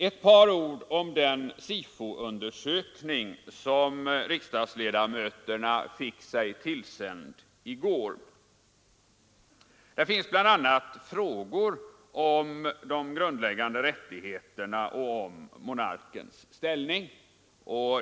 Ett par ord om den SIFO-undersökning som riksdagsledamöterna fick sig tillsänd i går. Där finns bl.a. frågor om de grundläggande rättigheterna och om monarkens ställning.